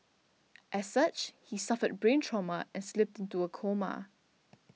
as such he suffered brain trauma and slipped into a coma